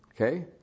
Okay